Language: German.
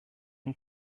den